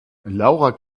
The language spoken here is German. laura